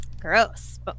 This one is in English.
Gross